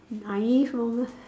naive moment